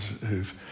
who've